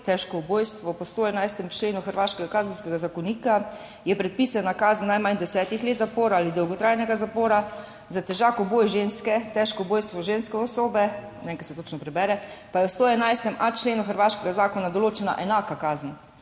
teško ubojstvo, po 111. členu hrvaškega kazenskega zakonika predpisana kazen najmanj deset let zapora ali dolgotrajnega zapora, za težak uboj ženske, teško ubojstvo ženske osobe, ne vem, kako se točno prebere, pa je v 111.a členu hrvaškega zakona določena enaka kazen.